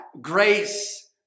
grace